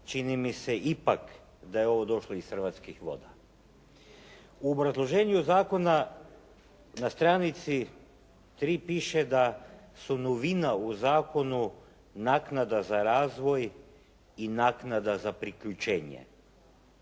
čini mi se ipak da je ovo došlo iz Hrvatskih voda. U obrazloženju zakona na stranici tri piše da su novina u zakonu naknada za razvoj i naknada za priključenje.